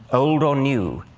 old or new,